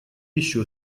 еще